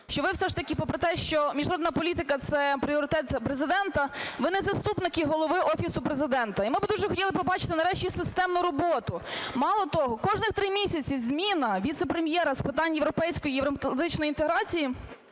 що ви все ж таки, попри те, що міжнародна політика - це пріоритет Президента, ви не заступники голови Офісу Президента, і ми би дуже хотіли побачити нарешті системну роботу. Мало того, кожних 3 місяці зміна Віце-прем'єра з питань європейської і євроатлантичної інтеграції